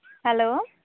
hello